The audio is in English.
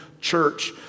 church